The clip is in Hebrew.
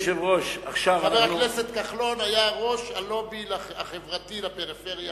חבר הכנסת כחלון היה ראש הלובי החברתי בפריפריה,